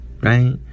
right